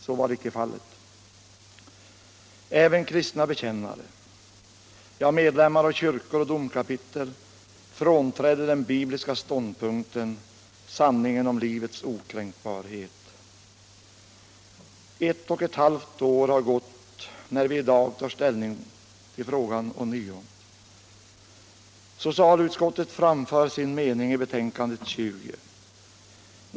Så var icke fallet. Även kristna bekännare, ja, medlemmar av kyrkor och domkapitel frånträdde den bibliska ståndpunkten, sanningen om livets okränkbarhet. Ett och ett halvt år har gått när vi i dag tar ställning till frågan ånyo. Socialutskottet framför sin mening i betänkandet 20.